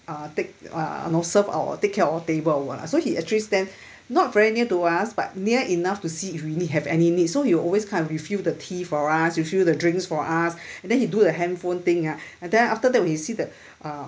uh take uh know serve our take care of our table or what lah so he actually stand not very near to us but near enough to see if we need have any need so he will always come and refill the tea for us refill the drinks for us and then he do the handphone thing ah then after that we see the uh